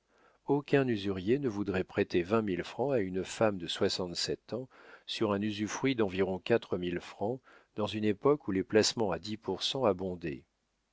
aucun usurier ne voudrait prêter vingt mille francs à une femme de soixante-sept ans sur un usufruit d'environ quatre mille francs dans une époque où les placements à dix pour cent abondaient